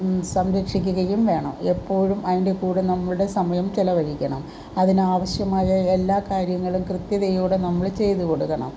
സംരക്ഷിക്കുകയും വേണം എപ്പോഴും അതിൻ്റെ കൂടെ നമ്മുടെ സമയം ചിലവഴിക്കണം അതിനാവശ്യമായ എല്ലാ കാര്യങ്ങളും കൃത്യതയോടെ നമ്മൾ ചെയ്ത് കൊടുക്കണം